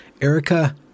Erica